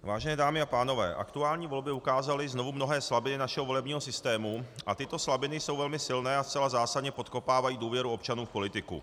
Vážené dámy a pánové, aktuální volby ukázaly znovu mnohé slabiny našeho volebního systému a tyto slabiny jsou velmi silné a zcela zásadně podkopávají důvěru občanů v politiku.